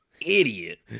idiot